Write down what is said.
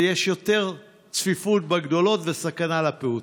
ויש יותר צפיפות בגדולות וסכנה לפעוטות.